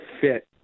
fit